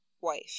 wife